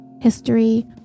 history